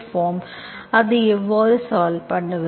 அதை எவ்வாறு சால்வ் பண்ணுவது